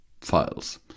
files